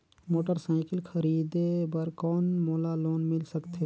Motorcycle खरीदे बर कौन मोला लोन मिल सकथे?